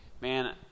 man